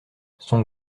son